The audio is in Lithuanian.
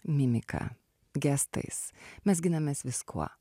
mimika gestais mes ginamės viskuo